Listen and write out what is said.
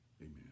Amen